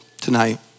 tonight